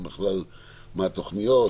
התוכניות,